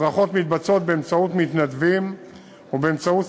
ההדרכות מתבצעות באמצעות מתנדבים ובאמצעות